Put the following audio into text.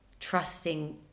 Trusting